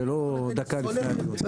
ולא דקה לפני הדיון.